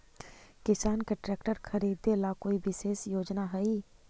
किसान के ट्रैक्टर खरीदे ला कोई विशेष योजना हई?